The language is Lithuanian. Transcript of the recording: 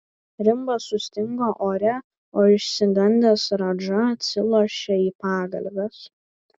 rimbas sustingo ore o išsigandęs radža atsilošė į pagalves